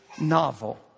novel